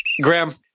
Graham